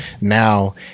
now